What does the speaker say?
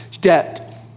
debt